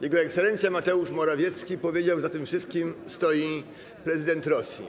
Jego ekscelencja Mateusz Morawiecki powiedział: Za tym wszystkim stoi prezydent Rosji.